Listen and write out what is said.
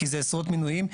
כי זה עשרות מיוניים.